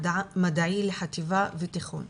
לחטיבה ותיכון.